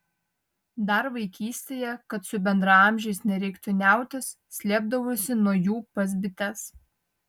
dar vaikystėje kad su bendraamžiais nereiktų niautis slėpdavausi nuo jų pas bites